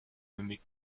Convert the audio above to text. nommé